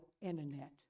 internet